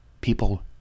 People